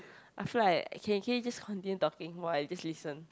I feel like can can you just continue talking while I just listen